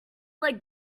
like